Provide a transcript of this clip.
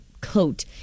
coat